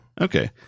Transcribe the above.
Okay